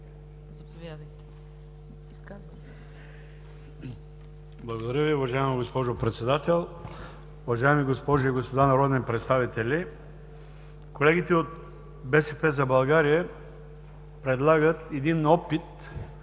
Благодаря Ви, уважаема госпожо Председател. Уважаеми госпожи и господа народни представители! Колегите от „БСП за България“ предлагат един опит